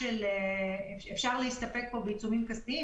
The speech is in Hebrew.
אפשר להסתפק בעיצומים כספיים.